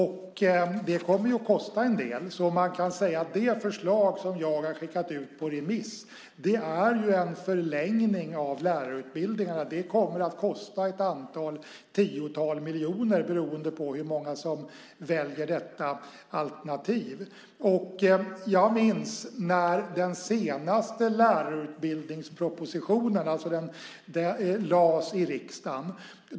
Det kommer att kosta en del, så man kan säga att det förslag som jag har skickat ut på remiss är en förlängning av lärarutbildningarna. Det kommer att kosta ett antal tiotal miljoner, beroende på hur många som väljer detta alternativ. Jag minns när den senaste lärarutbildningspropositionen lades fram i riksdagen.